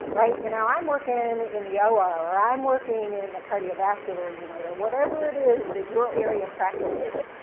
right? you know, i'm working in in the or, or i'm working in the cardiovascular unit, or whatever it is that your area of practice is,